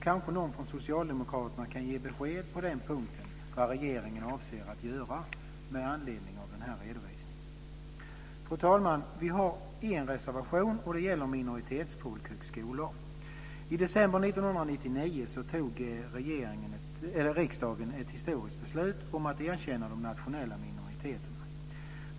Kanske någon från socialdemokraterna kan ge besked om vad regeringen avser att göra med anledning av den här redovisningen. Fru talman! Vi har en reservation, och den gäller minoritetsfolkhögskolor. I december 1999 fattade riksdagen ett historiskt beslut om att erkänna de nationella minoriteterna.